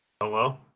Hello